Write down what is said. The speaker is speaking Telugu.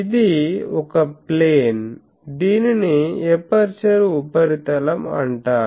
ఇది ఒక ప్లేన్ దీనిని ఎపర్చరు ఉపరితలం అంటారు